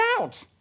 out